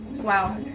Wow